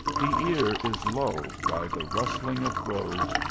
the ear is lulled by the rustling of groves,